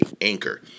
Anchor